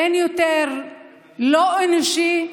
אין יותר לא אנושי,